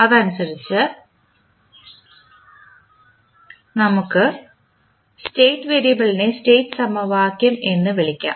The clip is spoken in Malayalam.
അതനുസരിച്ച് നമുക്ക് സ്റ്റേറ്റ് വേരിയബിളിനെ സ്റ്റേറ്റ് സമവാക്യം എന്ന് വിളിക്കാം